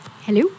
Hello